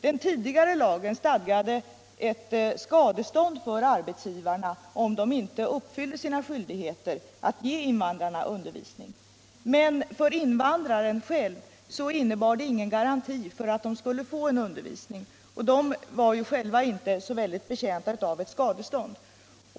Den tidigare lagen stadgade ett skadestånd för arbetsgivarna om de inte uppfyllde sina skyldigheter att ge invandrarna undervisning. Men för invandrarna själva innebar det ingen garanti för att de skulle få undervisning, och de var inte särskilt betjänta av ett skadestånd.